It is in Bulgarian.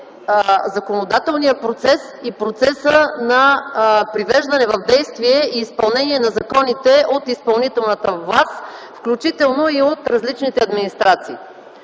законодателния процес и процеса на привеждане в действие и изпълнение на законите от изпълнителната власт, включително и от различните администрации.